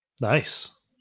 Nice